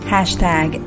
Hashtag